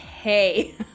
Hey